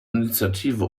initiative